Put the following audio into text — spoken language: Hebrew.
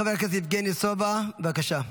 חבר הכנסת יבגני סובה, בבקשה.